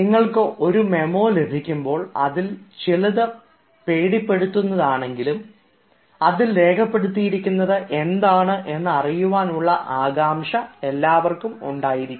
നിങ്ങൾക്ക് ഒരു മെമ്മോ ലഭിക്കുമ്പോൾ അത് ചിലപ്പോൾ പേടിപ്പെടുത്തുന്നതാണെങ്കിലും അതിൽ രേഖപ്പെടുത്തിയിരിക്കുന്നത് എന്താണെന്ന് അറിയുവാനുള്ള ആകാംഷ ഉണ്ടായിരിക്കും